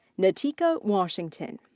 natika washington.